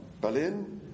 Berlin